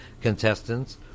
contestants